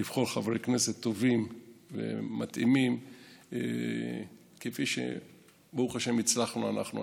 לבחור חברי כנסת טובים ומתאימים כפי שהצלחנו אנחנו,